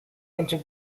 into